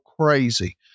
crazy